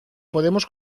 podemos